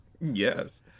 Yes